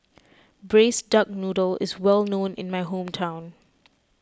Braised Duck Noodle is well known in my hometown